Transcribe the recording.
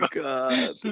god